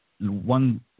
One